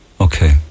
Okay